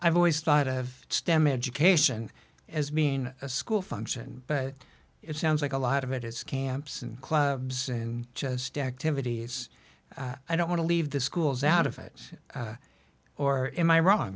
've always thought of stem education as being a school function but it sounds like a lot of it is camps and clubs and just activities i don't want to leave the schools out of it or am i wrong